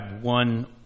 one